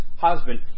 husband